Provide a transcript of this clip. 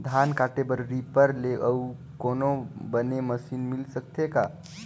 धान काटे बर रीपर ले अउ कोनो बने मशीन मिल सकथे का?